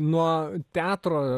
nuo teatro